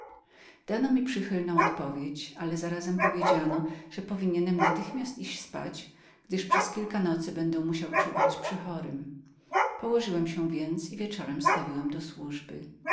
dano mi przychylną odpowiedź ale zarazem uwiadomiono że powinienem natychmiast iść spać gdyż przez kilka nocy będę musiał czuwać przy chorym położyłem się więc i wieczorem stawiłem się do służby